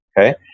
Okay